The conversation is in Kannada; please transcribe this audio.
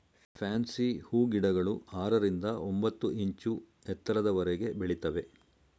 ಫ್ಯಾನ್ಸಿ ಹೂಗಿಡಗಳು ಆರರಿಂದ ಒಂಬತ್ತು ಇಂಚು ಎತ್ತರದವರೆಗೆ ಬೆಳಿತವೆ